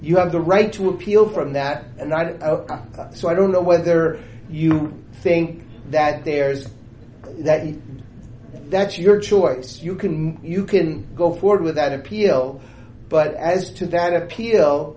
you have the right to appeal from that and i don't so i don't know whether you think that there is that that's your choice you can you can go forward with an appeal but as to that appeal